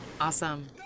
Awesome